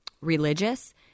religious